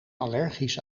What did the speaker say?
allergisch